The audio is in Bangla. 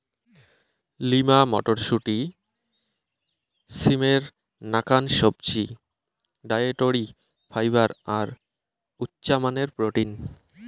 লিমা মটরশুঁটি, সিমের নাকান সবজি, ডায়েটরি ফাইবার আর উচামানের প্রোটিন